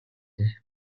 дээ